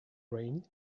rain